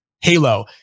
Halo